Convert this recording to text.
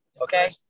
okay